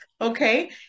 Okay